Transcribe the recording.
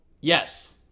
yes